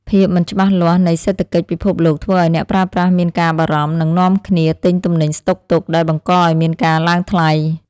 ភាពមិនច្បាស់លាស់នៃសេដ្ឋកិច្ចពិភពលោកធ្វើឱ្យអ្នកប្រើប្រាស់មានការបារម្ភ និងនាំគ្នាទិញទំនិញស្តុកទុកដែលបង្កឱ្យមានការឡើងថ្លៃ។